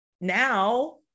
now